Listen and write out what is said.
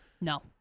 No